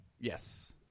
Yes